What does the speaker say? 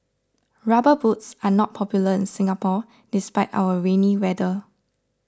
rubber boots are not popular in Singapore despite our rainy weather